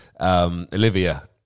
Olivia